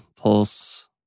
Pulse